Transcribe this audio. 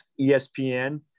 ESPN